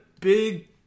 big